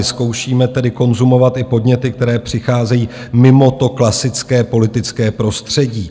Zkoušíme tedy konzumovat i podněty, které přicházejí mimo klasické politické prostředí.